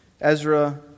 Ezra